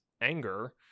anger